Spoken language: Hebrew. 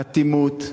אטימות,